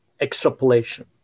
extrapolation